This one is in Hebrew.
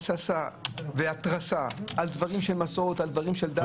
התססה והתרסה על דברים של מסורת, של דת.